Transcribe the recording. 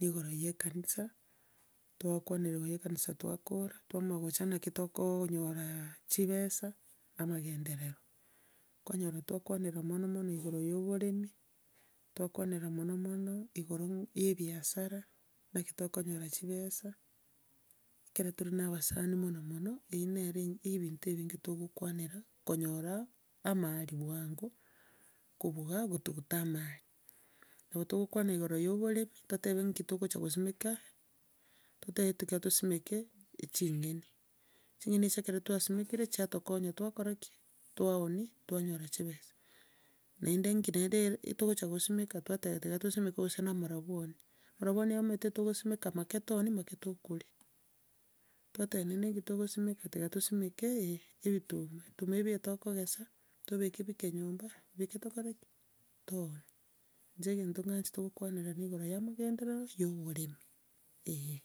nigoro ya ekanisa, twakwanera igoro ya ekanisa twakora, twamanya gocha naki tokoonyora chibesa, amagenderero. Okonyora twakanera mono mono igoro ya oboremi, twakanera mono mono igoro ya ebiasara, naki tokonyora chibesa, ekero tore na abasani mono mono, eyio nere e- ebinto ebinge togokwanera, konyora amari bwango, kobuga kotuguta amari. Nabo togokwana igoro ya oboremi, totebe nki togocha kosimeka, totebe ekero tosimeke, ching'eni. Ching'eni echi ekero twasimekire chiatokonya twakora ki? Twaonia, twanyora chibesa. Naende nki naende togocha kosimeka twateba tiga tosimeke gose na amarabwoni, amarabwoni omanyete togosimeka make twaonia, make tokoria. Twateba naende nki togosimeka, tiga tosimeke eye ebituma. Ebituma ebi etogokesa, tobeke bike nyomba, bike tokore ki? Toonie. Inche egento ng'anchete kogwanera na igoro ya amagenderero ya oboremi, eh.